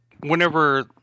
Whenever